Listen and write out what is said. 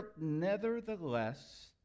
Nevertheless